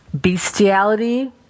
bestiality